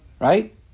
right